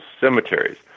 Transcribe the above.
cemeteries